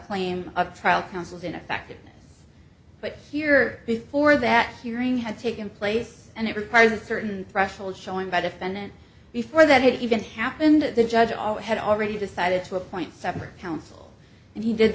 claim of trial counsel's ineffectiveness but here before that hearing had taken place and it requires a certain threshold showing by defendant before that it even happened at the judge also had already decided to appoint separate counsel and he did